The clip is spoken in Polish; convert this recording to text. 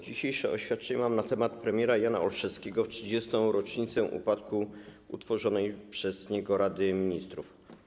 Dzisiejsze oświadczenie mam na temat premiera Jana Olszewskiego w 30. rocznicę upadku utworzonej przez niego Rady Ministrów.